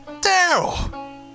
Daryl